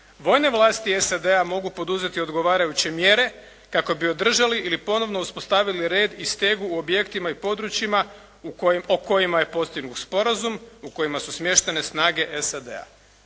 vojne vlasti SAD-a mogu poduzeti odgovarajuće mjere kako bi održali ili ponovo uspostavili red i stegu u objektima i područjima o kojima je postignut sporazum, u kojima su smještene snage SAD-a.